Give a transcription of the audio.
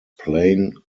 plain